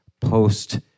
post